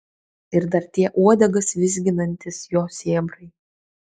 ir dar tie uodegas vizginantys jo sėbrai